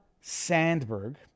Sandberg